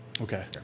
Okay